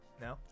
no